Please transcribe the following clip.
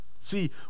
See